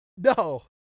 No